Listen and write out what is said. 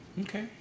okay